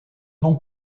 non